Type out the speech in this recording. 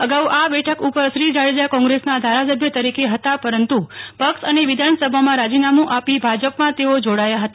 અગાઉ આ બેઠક ઉપર શ્રી જાડેજા કોંગ્રેસના ધારાસભ્ય તરીકે હતા પરંતુ પક્ષ અને વિધાનસભામાં રાજીનામું આપી ભાજપમાં તેઓ જોડાયા હતા